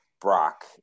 Brock